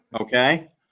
Okay